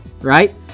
right